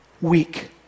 weak